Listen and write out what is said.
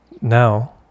now